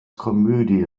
komödie